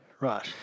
Right